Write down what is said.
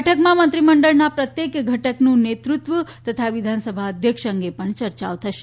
બેઠકમાં મંત્રીમંડળમાં પ્રત્યેક ઘટકનું નેતૃત્વ તથા વિધાનસભા અધ્યક્ષ અંગે પણ ચર્ચાઓ થશે